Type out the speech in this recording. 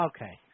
Okay